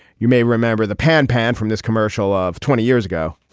you may remember the pan pan from this commercial of twenty years ago.